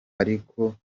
ariko